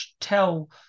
tell